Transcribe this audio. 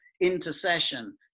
intercession